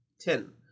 Ten